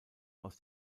aus